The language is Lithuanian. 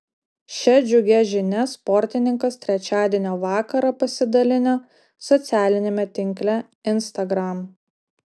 šia džiugia žinia sportininkas trečiadienio vakarą pasidalino socialiniame tinkle instagram